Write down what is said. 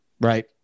Right